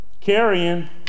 carrying